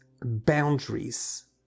boundaries